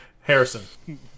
Harrison